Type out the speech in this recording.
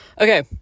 Okay